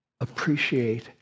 appreciate